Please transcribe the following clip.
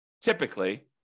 typically